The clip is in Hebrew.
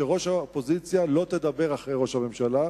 שראש האופוזיציה לא תדבר אחרי ראש הממשלה,